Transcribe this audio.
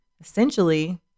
Essentially